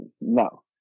No